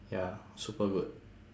ya super good